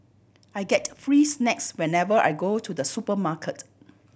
I get free snacks whenever I go to the supermarket